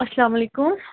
اَلسلامُ علیکُم